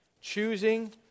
choosing